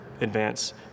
advance